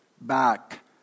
Back